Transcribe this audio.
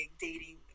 dating